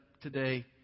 today